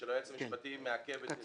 שלו מעכבת את